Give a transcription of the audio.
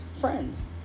friends